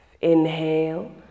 inhale